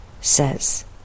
says